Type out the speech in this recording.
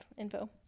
info